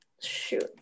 Shoot